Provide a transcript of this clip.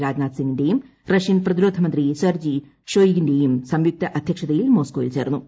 രാജ്നാഥ് സിങ്ങിന്റെയും റഷ്യൻ പ്രതിരോധമന്ത്രി സെർജി ഷോയിഗിന്റെയും സംയുക്ത അദ്ധ്യക്ഷതയിൽ മോസ്കോയിൽ ചേർന്നു